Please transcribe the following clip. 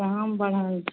कहाँ हम बढ़ाबैत छी